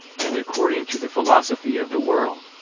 and according to the philosophy of the world,